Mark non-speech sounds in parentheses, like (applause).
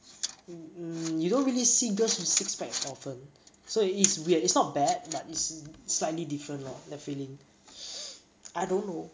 (noise) n~ n~you don't really see girls with six pack often 所以 is weird it's not bad but it's slightly different lor the feeling (noise) I don't know